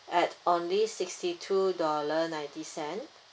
at only sixty two dollar ninety cent